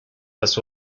las